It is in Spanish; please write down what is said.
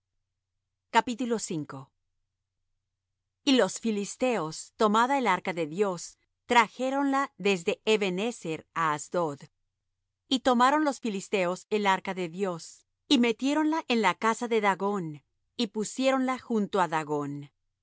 fué tomada y los filisteos tomada el arca de dios trajéronla desde eben ezer á asdod y tomaron los filisteos el arca de dios y metiéronla en la casa de dagón y pusiéronla junto á dagón